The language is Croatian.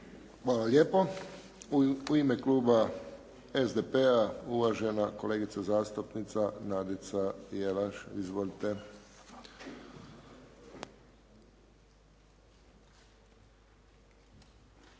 Hvala lijepo. U ime Kluba SDP-a uvažena kolegica zastupnica Nadica Jelaš. Izvolite. **Jelaš,